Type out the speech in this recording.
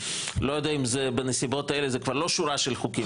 אני לא יודע אם בנסיבות האלה זה כבר לא שורה של חוקים.